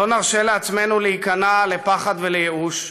לא נרשה לעצמנו להיכנע לפחד ולייאוש.